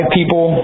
people